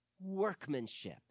workmanship